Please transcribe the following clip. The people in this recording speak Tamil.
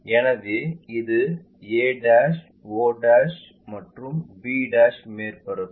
எனவே இது a o மற்றும் b மேற்பரப்பு